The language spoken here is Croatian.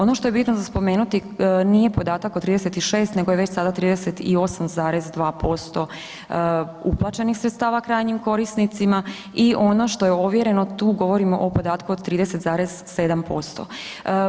Ono što je bitno za spomenuti, nije podatak od 36 nego je već sada 38,2% uplaćenih sredstava krajnjim korisnika i ono što je ovjereno, tu govorimo o podatku od 30,7%